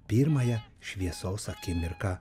pirmąją šviesos akimirką